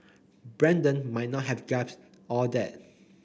Brandon might not have grasped all that